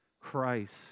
christ